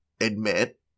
admit